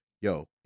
Yo